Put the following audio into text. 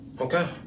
okay